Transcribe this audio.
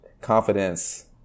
confidence